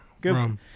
Good